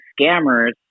scammers